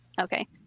Okay